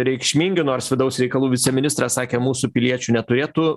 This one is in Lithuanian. reikšmingi nors vidaus reikalų viceministras sakė mūsų piliečių neturėtų